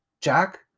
Jack